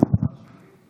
ההצעה שלי?